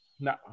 No